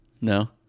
no